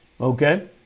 Okay